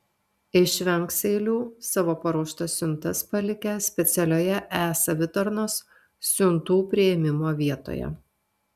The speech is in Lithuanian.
išvengs eilių savo paruoštas siuntas palikę specialioje e savitarnos siuntų priėmimo vietoje